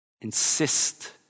Insist